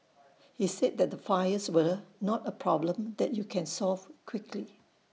he said that the fires were not A problem that you can solve quickly